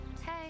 Hey